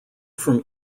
from